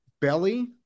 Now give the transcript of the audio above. belly